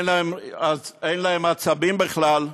אין להם עצבים בכלל,